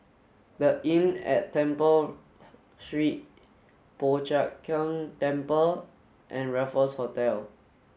the Inn at Temple Street Po Chiak Keng Temple and Raffles Hotel